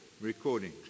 recording